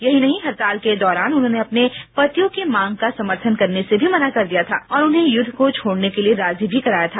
यही नहीं हडताल के दौरान उन्होंने अपने पतियों की मांग का समर्थन करने से भी मना कर दिया था और उन्हें युद्ध को छोडने के लिए राजी भी कराया था